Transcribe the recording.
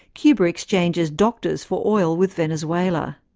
cuba exchanges doctors for oil with venezuela.